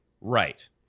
Right